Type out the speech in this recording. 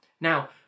Now